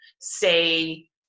say